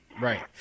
Right